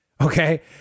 Okay